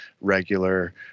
regular